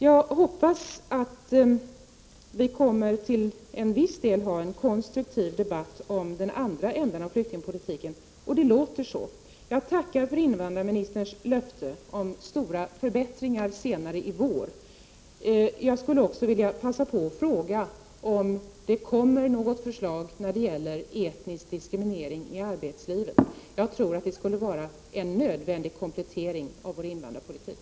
Jag hoppas att vi kommer att ha en konstruktiv debatt om den andra delen av flyktingpolitiken — det låter så. Jag tackar för invandrarministerns löfte om stora förbättringar till våren. Jag skulle också vilja passa på att fråga om det kommer något förslag när det gäller etnisk diskriminering i arbetslivet. Det är en nödvändig komplettering av vår invandrarpolitik.